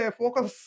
focus